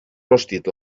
rostit